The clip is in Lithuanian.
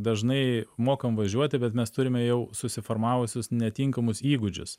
dažnai mokam važiuoti bet mes turime jau susiformavusius netinkamus įgūdžius